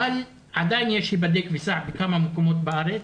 עדיין יש תחנות "היבדק וסע" בכמה מקומות בארץ.